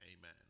Amen